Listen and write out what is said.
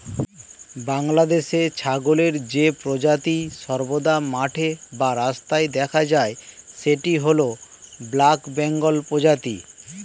বাংলাদেশে ছাগলের যে প্রজাতি সর্বদা মাঠে বা রাস্তায় দেখা যায় সেটি হল ব্ল্যাক বেঙ্গল প্রজাতি